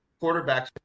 quarterbacks